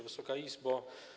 Wysoka Izbo!